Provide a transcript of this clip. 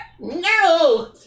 No